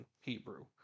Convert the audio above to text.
Hebrew